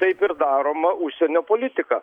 taip ir daroma užsienio politika